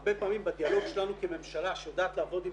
הרבה פעמים בדיאלוג שלנו כממשלה שיודעת לעבוד עם